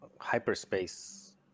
hyperspace